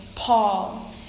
Paul